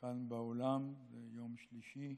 כאן באולם, זה יום שלישי,